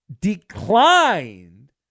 declined